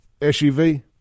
SUV